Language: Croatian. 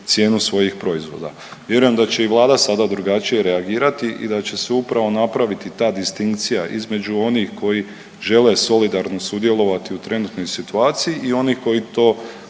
cijenu svojih proizvoda. Vjerujem da će i Vlada sada drugačije reagirati i da će se upravo napraviti ta distinkcija između onih koji žele solidarno sudjelovati u trenutnoj situaciji i onih koji to